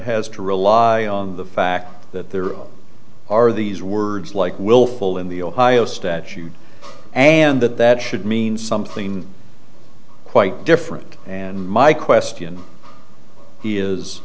has to rely on the fact that there are these words like willful in the ohio statute and that that should mean something quite different and my question